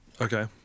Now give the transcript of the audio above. Okay